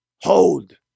Hold